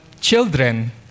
children